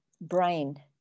brain